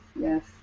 Yes